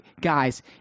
guys